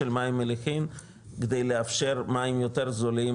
מים מליחים כדי לאפשר מים יותר זולים,